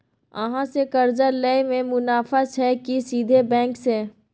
अहाँ से कर्जा लय में मुनाफा छै की सीधे बैंक से?